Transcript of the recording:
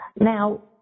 Now